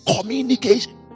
communication